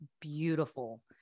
beautiful